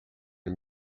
and